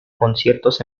conciertos